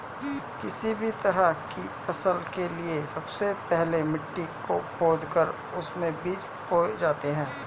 किसी भी तरह की फसल के लिए सबसे पहले मिट्टी को खोदकर उसमें बीज बोए जाते हैं